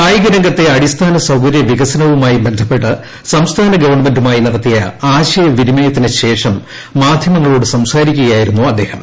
കായിക രംഗഞ്ഞ അടിസ്ഥാന സൌകര്യ വികസനവുമായി ബന്ധപ്പെട്ട് സംസ്ഥാന ഗവണ്മെന്റുമായി നടത്തിയ ആശയ വിനിമയത്തിന് ശേഷം മാധ്യമങ്ങളോട് സംസാരിക്കുകയായിരുന്നു അദ്ദേഹം